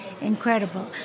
Incredible